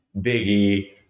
biggie